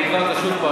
ואקרא אותה שוב,